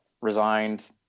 resigned